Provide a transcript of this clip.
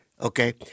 Okay